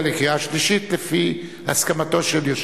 ובזה לסיים,